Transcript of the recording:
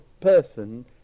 person